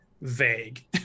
vague